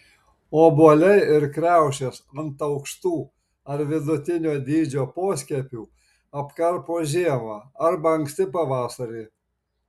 obuoliai ir kriaušės ant aukštų ar vidutinio dydžio poskiepių apkarpo žiemą arba anksti pavasarį